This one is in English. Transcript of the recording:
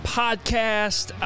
podcast